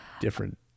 different